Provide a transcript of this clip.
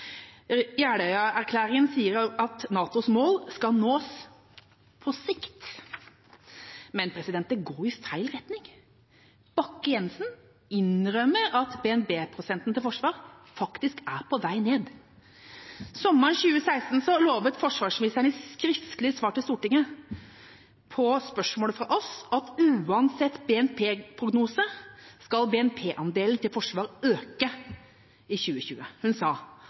Jeløya-erklæringen sier at NATOs mål skal nås på sikt. Men det går i feil retning. Bakke-Jensen innrømmer at BNP-prosenten til forsvar er på vei ned. Sommeren 2016 lovte forsvarsministeren i et skriftlig svar til Stortinget – på spørsmål fra oss – at uansett BNP-prognose skal BNP-andelen til forsvar øke i 2020. Hun